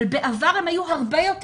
אבל בעבר הם היו הרבה יותר.